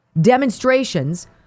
demonstrations